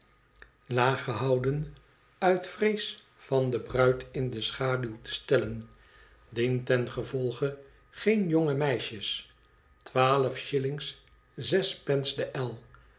laag gehouden uit vrees van de bruid in de schaduw te stellen dientengevolge geen jonge meisjes twaalf shillings zes pence de el